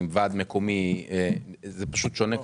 עם ועד מקומי זה פשוט שונה.